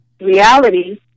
reality